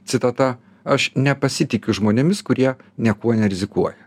citata aš nepasitikiu žmonėmis kurie niekuo nerizikuoja